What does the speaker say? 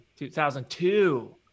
2002